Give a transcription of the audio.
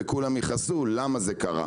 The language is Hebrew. וכולם יכעסו למה זה קרה.